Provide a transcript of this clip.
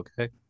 okay